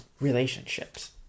relationships